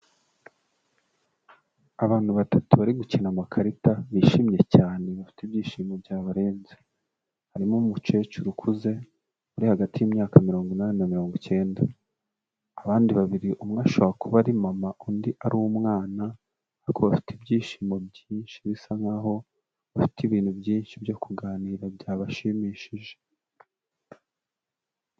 Abantu batatu bari gukina amakarita bishimye cyane bafite ibyishimo byabarenze, harimo umukecuru ukuze uri hagati y'imyaka mirongo inani na mirongo icyenda. Abandi babiri umwe ashaka kuba ari mama undi ari umwana, ako bafite ibyishimo byinshi bisa nk'aho bafite ibintu byinshi byo kuganira byabashimishije.